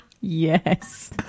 yes